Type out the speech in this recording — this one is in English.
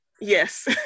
Yes